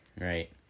right